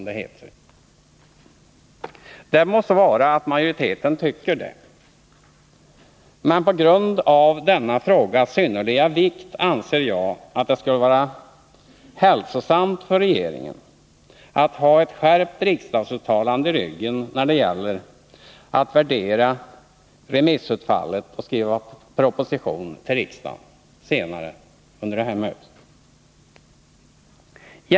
Det må så vara att majoriteten tycker detta, men på grund av denna frågas synnerliga vikt anser jag att det skulle vara hälsosamt för regeringen att ha ett skärpt riksdagsuttalande i ryggen när det gäller att värdera remissutfallet och skriva proposition till riksdagen senare under det här riksmötet.